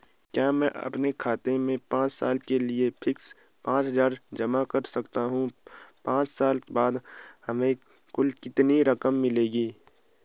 क्या मैं अपने खाते में पांच साल के लिए फिक्स में पचास हज़ार जमा कर सकता हूँ पांच साल बाद हमें कुल कितनी रकम मिलेगी?